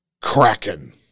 Kraken